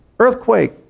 Earthquake